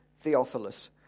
Theophilus